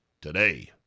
today